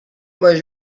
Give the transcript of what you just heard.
was